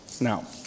Now